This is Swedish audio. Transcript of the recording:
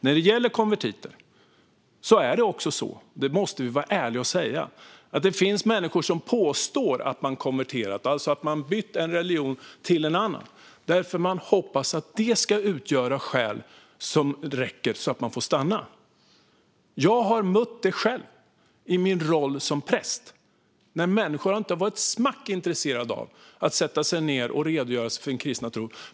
När det gäller konvertiter måste vi vara ärliga och säga att det finns människor som påstår att de konverterat, alltså att de bytt från en religion till en annan. De hoppas nämligen att det ska utgöra skäl som gör att de får stanna. Jag har i min roll som präst mött människor som inte har varit ett smack intresserade av att sätta sig ned och redogöra för sin kristna tro.